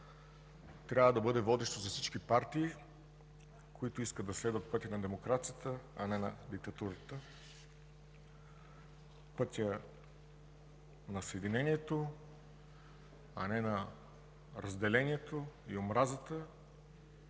трябва да бъде водещо за всички партии, които искат да следват пътя на демокрацията, а не на диктатурата, пътят на съединението, а не на разделението и омразата,